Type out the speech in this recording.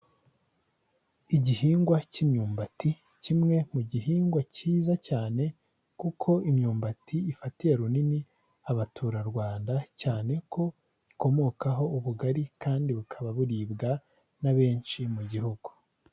Igihingwa k'imyumbati, kimwe mu gihingwa kiza cyane kuko imyumbati ifatiye runini abaturarwanda, cyane ko ikomokaho ubugari kandi bukaba buribwa na benshi mu gihugu.